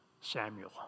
Samuel